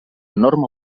norma